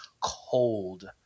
cold